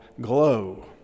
Glow